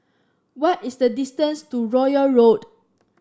what is the distance to Royal Road